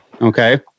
Okay